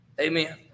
Amen